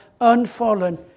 unfallen